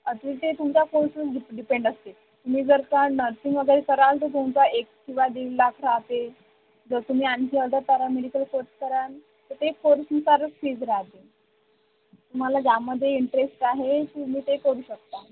अगदी ते तुमच्या कोर्सवर डि डिपेंड असते तुम्ही जर का नर्सिंग वगैरे कराल तर तुमचा एक किंवा दीड लाख राहते जर तुम्ही आणखी अदर पॅरामेडिकल कोर्स कराल तर ते कोर्सनुसारच फीज राहते तुम्हाला ज्यामध्ये इंटरेस्ट आहे तुम्ही ते करू शकता